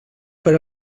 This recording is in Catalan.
per